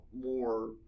more